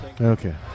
Okay